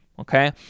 Okay